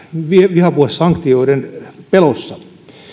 vihapuhesanktioiden pelossa